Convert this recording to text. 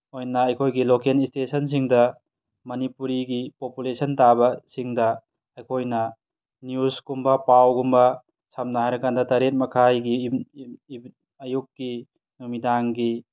ꯑꯣꯏꯅ ꯑꯩꯈꯣꯏꯒꯤ ꯂꯣꯀꯦꯟ ꯁ꯭ꯇꯦꯁꯟꯁꯤꯡꯗ ꯃꯅꯤꯄꯨꯔꯤꯒꯤ ꯄꯣꯄꯨꯂꯦꯁꯟ ꯇꯥꯕꯁꯤꯡꯗ ꯑꯩꯈꯣꯏꯅ ꯅ꯭ꯌꯨꯁꯀꯨꯝꯕ ꯄꯥꯎꯒꯨꯝꯕ ꯁꯝꯅ ꯍꯥꯏꯔꯀꯥꯟꯗ ꯇꯔꯦꯠ ꯃꯈꯥꯏꯒꯤ ꯑꯌꯨꯛꯀꯤ ꯅꯨꯃꯤꯗꯥꯡꯒꯤ